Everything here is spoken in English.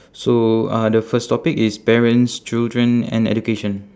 so uh the first topic is parents children and education